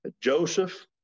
joseph